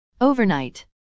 Overnight